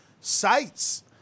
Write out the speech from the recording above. sites